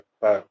para